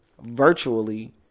virtually